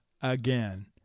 again